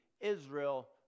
Israel